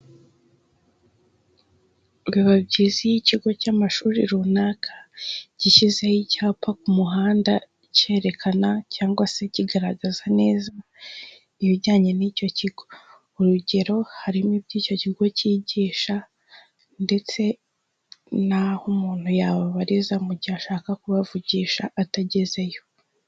Biba byiza iyo ikigo cy'amashuri runaka gishyizeho icyapa ku muhanda cyerekana cyangwa se kigaragaza neza ibijyanye n'icyo kigo. Urugero harimo ibyo icyo kigo cyigisha ndetse n'aho umuntu yababariza mu gihe ashaka kubavugisha atagezeyo.